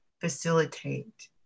facilitate